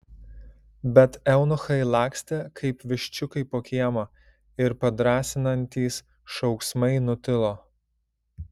bet eunuchai lakstė kaip viščiukai po kiemą ir padrąsinantys šauksmai nutilo